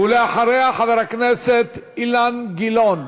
ואחריה, חבר הכנסת אילן גילאון.